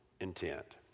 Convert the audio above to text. intent